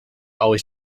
always